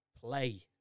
play